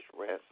rest